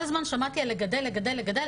כל הזמן שמעתי על לגדל, לגדל, לגדל.